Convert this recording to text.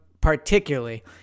particularly